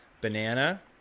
banana